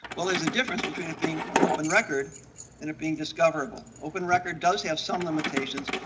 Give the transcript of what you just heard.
well, there's a difference between it being an open record and it being discoverable. open record does have some limitations,